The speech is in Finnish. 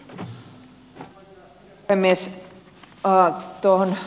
arvoisa herra puhemies